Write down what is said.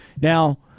Now